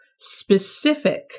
specific